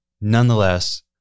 nonetheless